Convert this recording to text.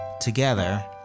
together